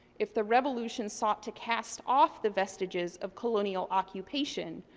if the revolution sought to cast off the vestiges of colonial occupation,